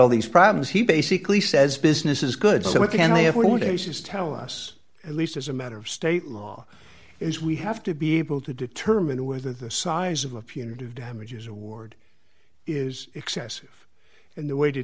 all these problems he basically says business is good so what can i have for today she's tell us at least as a matter of state law is we have to be able to determine whether the size of a punitive damages award is excessive and the way to